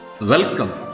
welcome